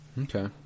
Okay